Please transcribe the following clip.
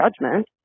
judgment